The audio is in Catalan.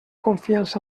confiança